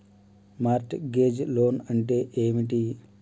Mart gauge loan అంటే ఏమిటి?